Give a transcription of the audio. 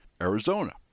Arizona